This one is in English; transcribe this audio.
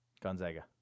Gonzaga